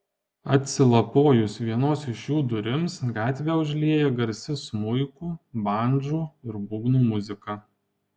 atsilapojus vienos iš jų durims gatvę užlieja garsi smuikų bandžų ir būgnų muzika